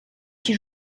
qui